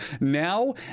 now